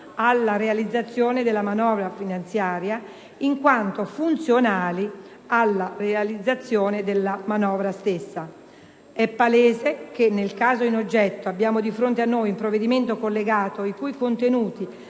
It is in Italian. alla realizzazione della manovra finanziaria, in quanto funzionali alla realizzazione della manovra stessa. È palese che, nel caso in oggetto, abbiamo di fronte a noi un provvedimento collegato i cui contenuti